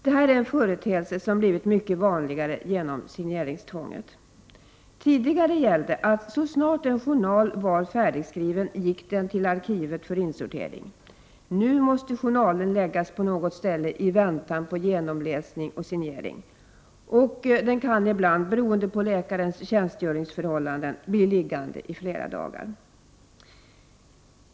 Det här är en företeelse som blivit mycket vanligare genom signeringstvånget. Tidigare gällde att så snart en journal var färdigskriven gick den till arkivet för insortering. Nu måste journalen läggas på något ställe i väntan på genomläsning och signering och kan ibland, beroende på läkarens tjänstgöringsförhållanden, bli liggande i flera dagar.